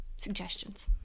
suggestions